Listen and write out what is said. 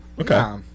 Okay